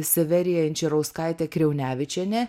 severija inčirauskaitė kriaunevičienė